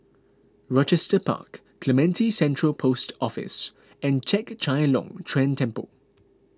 Rochester Park Clementi Central Post Office and Chek Chai Long Chuen Temple